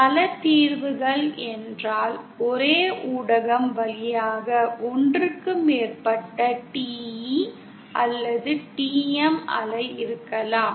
பல தீர்வுகள் என்றால் ஒரே ஊடகம் வழியாக ஒன்றுக்கு மேற்பட்ட TE அல்லது TM அலை இருக்கலாம்